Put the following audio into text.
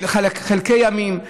בחלקי ימים,